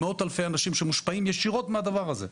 נגיע למאות-אלפי אנשים שמושפעים ישירות מהדבר הזה,